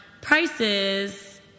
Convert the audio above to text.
prices